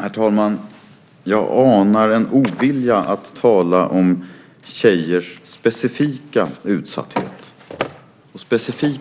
Herr talman! Jag anar en ovilja att tala om tjejers specifika utsatthet,